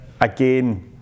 again